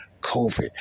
COVID